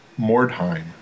Mordheim